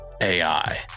AI